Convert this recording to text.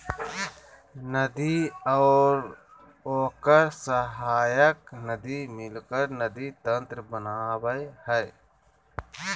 नदी और ओकर सहायक नदी मिलकर नदी तंत्र बनावय हइ